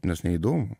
nes neįdomu